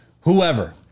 whoever